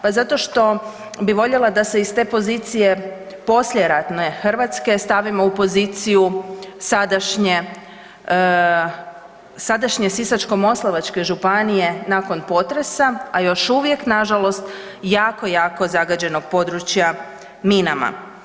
Pa zato što bih voljela da se iz te pozicije poslijeratne Hrvatske stavimo u poziciju sadašnje Sisačko-moslavačke županije nakon potresa, a još uvijek nažalost jako, jako zagađenog područja minama.